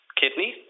kidney